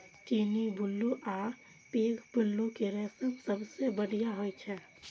चीनी, बुलू आ पैघ पिल्लू के रेशम सबसं बढ़िया होइ छै